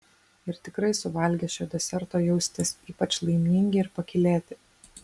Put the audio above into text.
ir tikrai suvalgę šio deserto jausitės ypač laimingi ir pakylėti